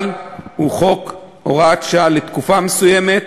אבל הוא הוראת שעה לתקופה מסוימת,